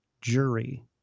jury